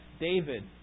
David